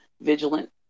vigilant